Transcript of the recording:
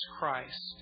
Christ